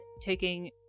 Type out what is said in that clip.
taking